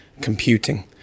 computing